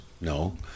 no